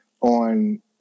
on